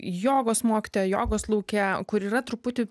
jogos mokytoja jogos lauke kur yra truputį